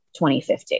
2050